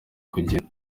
kugenda